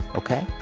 ok?